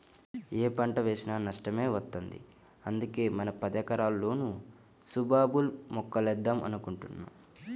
యే పంట వేసినా నష్టమే వత్తంది, అందుకే మన పదెకరాల్లోనూ సుబాబుల్ మొక్కలేద్దాం అనుకుంటున్నా